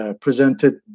presented